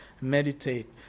meditate